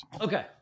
Okay